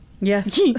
Yes